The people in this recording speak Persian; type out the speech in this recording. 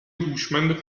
هوشمند